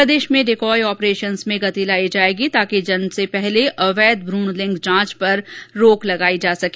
प्रदेश में decoy operations में गति लाई जाएगी ताकि जन्म से पहले अवैध भ्रण लिंग जांच पर रोक लगाई जा सके